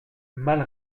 mal